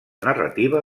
narrativa